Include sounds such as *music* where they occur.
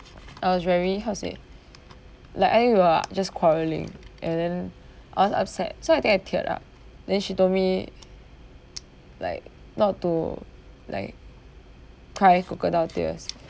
I was very how to say like ended up just quarrelling and then *breath* I was upset so think I teared up then she told me like not to like cry crocodile tears